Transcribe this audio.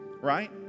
right